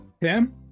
Tim